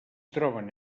troben